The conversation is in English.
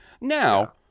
Now